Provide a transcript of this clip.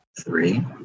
three